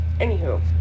Anywho